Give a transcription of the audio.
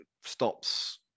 stops